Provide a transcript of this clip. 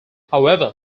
however